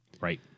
Right